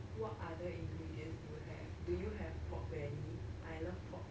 what other ingredients do you have do you have pork belly I love pork belly